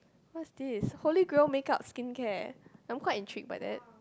what is this holy glow makeup skincare I'm quite in cheap but that